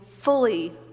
fully